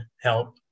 help